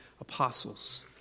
apostles